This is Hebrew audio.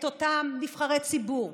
את אותם נבחרי ציבור,